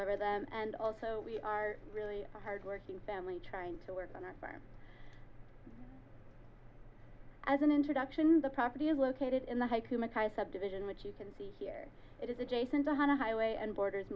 over that and also we are really hard working family trying to work on our farm as an introduction the property is located in the haiku makai subdivision which you can see here it is adjacent to highway and borders